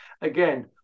again